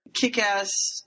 kick-ass